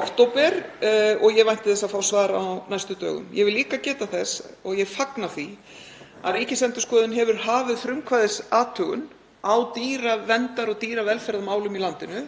október og ég vænti þess að fá svar á næstu dögum. Ég vil líka geta þess, og ég fagna því, að Ríkisendurskoðun hefur hafið frumkvæðisathugun á dýraverndar- og dýravelferðarmálum í landinu